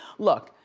look,